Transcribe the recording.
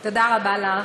ודאי, ודאי.